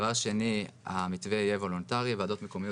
דבר שני, המתווה יהיה וולונטרי ועדות מקומיות